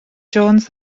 jones